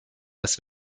das